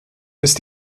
ist